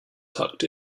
tucked